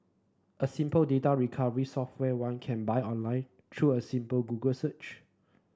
a simple data recovery software one can buy online through a simple Google search